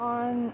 on